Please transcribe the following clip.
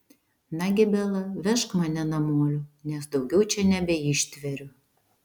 nagi bela vežk mane namolio nes daugiau čia nebeištveriu